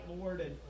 Lord